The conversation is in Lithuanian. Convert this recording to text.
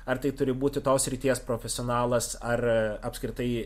ar tai turi būti tos srities profesionalas ar apskritai